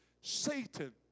Satan